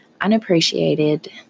unappreciated